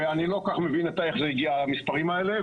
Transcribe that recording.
ואני לא כל כך מבין איך זה הגיע למספרים האלה,